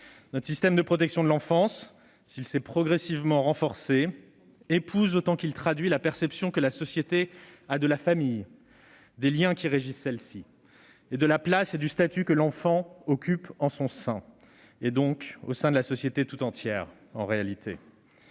notre système de protection de l'enfance s'est progressivement renforcé. Il épouse autant qu'il traduit la perception que la société a de la famille, des liens qui régissent cette dernière, de la place et du statut que l'enfant occupe en son sein, et donc en réalité au sein de la société tout entière. D'abord